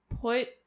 put